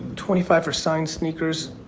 twenty five for signed sneakers.